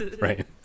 right